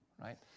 right